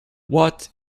what